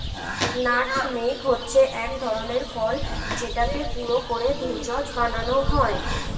nutmeg হচ্ছে এক ধরনের ফল যেটাকে গুঁড়ো করে ভেষজ বানানো হয়